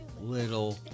little